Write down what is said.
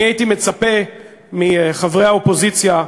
אני הייתי מצפה מחברי האופוזיציה,